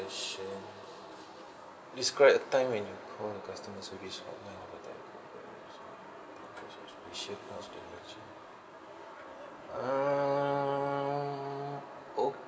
describe a time when you call a customer service uh okay